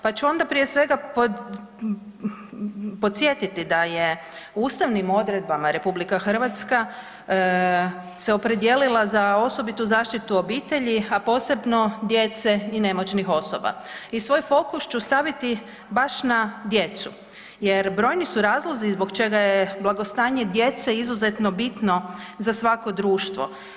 Pa ću onda prije svega, podsjetiti da je ustavnim odredbama RH se opredijelila za osobitu zaštitu obitelji, a posebno djece i nemoćnih osoba i svoj fokus ću staviti baš na djecu jer, brojni su razlozi zbog čega je blagostanje djece izuzetno bitno za svako društvo.